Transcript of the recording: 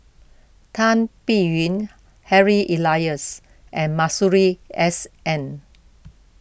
Tan Biyun Harry Elias and Masuri S N